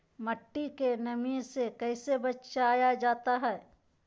मट्टी के नमी से कैसे बचाया जाता हैं?